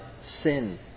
sin